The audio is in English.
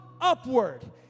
upward